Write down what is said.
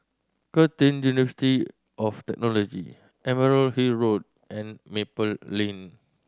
Curtin University of Technology Emerald Hill Road and Maple Lane